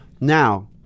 Now